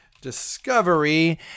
Discovery